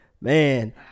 man